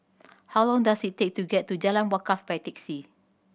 how long does it take to get to Jalan Wakaff by taxi